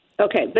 Okay